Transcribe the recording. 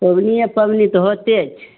पबनिए पाबनि तऽ होते छै